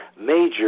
major